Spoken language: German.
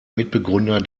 mitbegründer